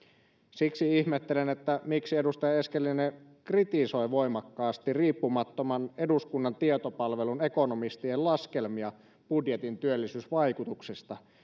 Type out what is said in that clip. siksi ihmettelen miksi edustaja eskelinen kritisoi voimakkaasti riippumattoman eduskunnan tietopalvelun ekonomistien laskelmia budjetin työllisyysvaikutuksista